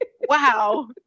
wow